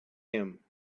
him